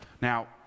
Now